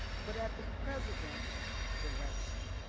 but at the presidents direction,